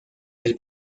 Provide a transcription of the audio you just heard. del